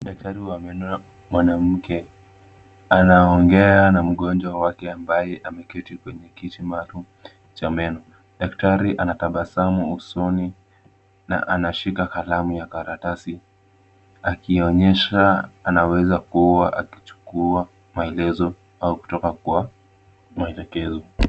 Daktari wa meno mwanamke anaongea na mgonjwa wake ambaye ameketi kwenye kiti maalum cha meno. Daktari anatabasamu usoni na anashika kalamu ya karatasi akionyesha anaweza kuwa akichukua maelezo au kutoka kwa maelekezo.